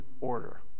order